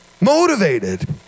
motivated